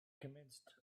commenced